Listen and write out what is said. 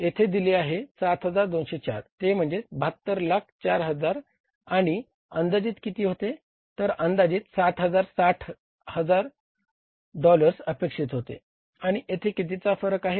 ते येथे दिले आहे 7204 ते म्हणजे 72 लाख चार हजार आणि अंदाजित किती होते तर अंदाजित 7060 हजार डॉलर्स अपेक्षित होते आणि येथे कितीचा फरक आहे